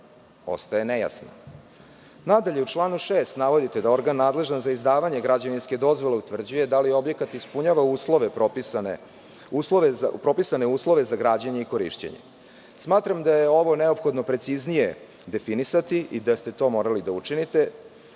ostaje nejasna?U članu 6. navodite da organ nadležan za izdavanje građevinske dozvole utvrđuje da li objekat ispunjava propisane uslove za građenje i korišćenje. Smatram da je ovo neophodno preciznije definisati i da ste to morali da učinite,